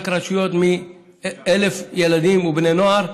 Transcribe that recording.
רק רשויות עם 1,000 ילדים ובני נוער,